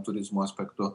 turizmo aspektu